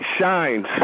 shines